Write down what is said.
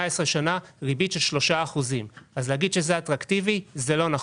שנה הריבית היא של 3%. להגיד שזה אטרקטיבי זה לא נכון.